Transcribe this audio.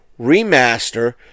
Remaster